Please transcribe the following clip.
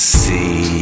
see